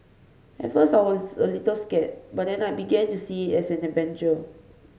at first I was a little scared but then I began to see it as an adventure